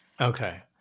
Okay